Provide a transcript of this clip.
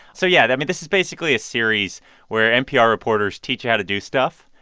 so yeah, i mean, this is basically a series where npr reporters teach you how to do stuff.